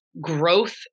growth